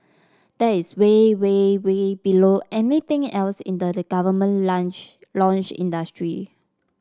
that is way way way below anything else in the government launch industry